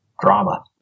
drama